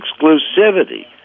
exclusivity